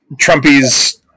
Trumpy's